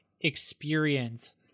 experience